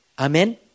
Amen